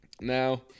Now